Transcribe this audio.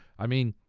i mean,